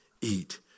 eat